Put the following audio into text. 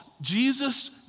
Jesus